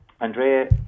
Andrea